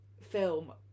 film